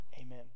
Amen